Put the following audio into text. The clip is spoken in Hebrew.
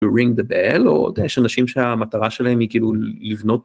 רינג דה בל או יש אנשים שהמטרה שלהם היא כאילו לבנות.